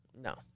No